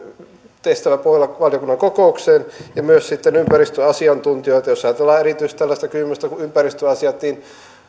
pohjola valiokunnan kokoukseen ja myös sitten ympäristöasiantuntijoita jos ajatellaan erityisesti tällaista kysymystä kuin ympäristöasiat niin